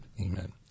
Amen